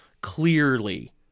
clearly